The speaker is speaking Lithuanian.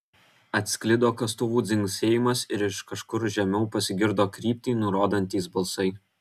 atsklido kastuvų dzingsėjimas ir iš kažkur žemiau pasigirdo kryptį nurodantys balsai